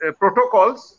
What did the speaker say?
protocols